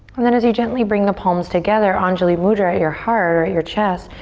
and then as you gently bring the palms together, anjuli mudra, at your heart or at your chest,